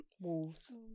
Wolves